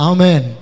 Amen